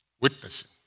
Witnessing